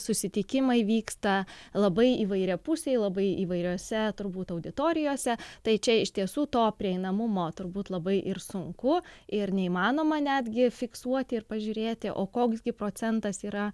susitikimai vyksta labai įvairiapusiai labai įvairiose turbūt auditorijose tai čia iš tiesų to prieinamumo turbūt labai ir sunku ir neįmanoma netgi fiksuoti ir pažiūrėti o koks gi procentas yra